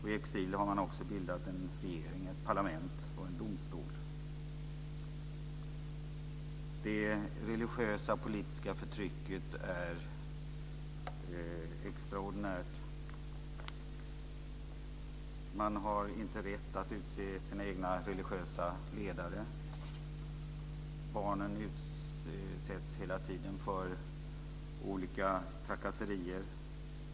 I exil har man också bildat en regering, ett parlament och en domstol. Det religiösa och politiska förtrycket är extraordinärt. Man har inte rätt att utse sina egna religiösa ledare. Barnen utsätts hela tiden för olika trakasserier.